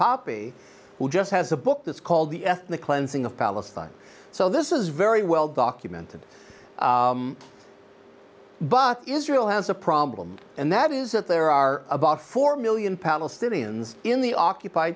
poppy who just has a book that's called the ethnic cleansing of palestine so this is very well documented but israel has a problem and that is that there are about four million palestinians in the occupied